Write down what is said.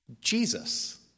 Jesus